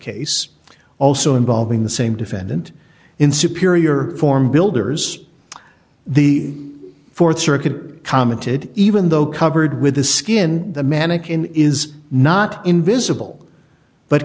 case also involving the same defendant in superior form builders the th circuit commented even though covered with the skin the mannequin is not invisible but